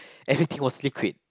everything was liquid